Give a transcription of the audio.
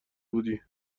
بودی